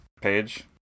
page